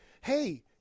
hey